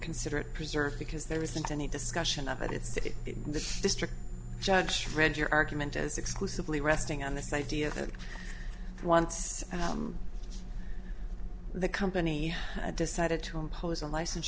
consider it preserved because there isn't any discussion of it it's the district judge fred your argument is exclusively resting on this idea that once the company decided to impose a licen